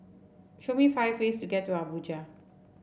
show me five ways to get to Abuja